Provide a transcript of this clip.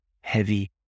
heavy